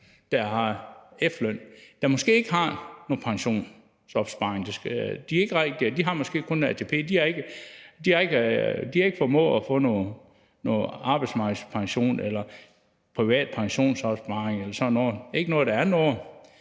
efterløn, der måske ikke har nogen pensionsopsparing, de har måske kun ATP, de har ikke formået at få noget arbejdsmarkedspension eller privat pensionsopsparing eller sådan noget, ikke noget, der er noget,